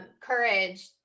courage